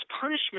punishment